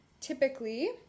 typically